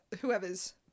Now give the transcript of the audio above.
whoever's